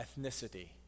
ethnicity